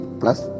plus